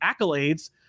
accolades